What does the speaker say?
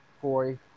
Corey